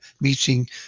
meeting